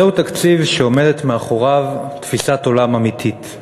זהו תקציב שעומדת מאחוריו תפיסת עולם אמיתית.